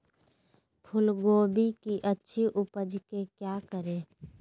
फूलगोभी की अच्छी उपज के क्या करे?